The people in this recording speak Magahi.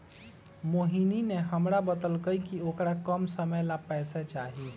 मोहिनी ने हमरा बतल कई कि औकरा कम समय ला पैसे चहि